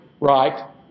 right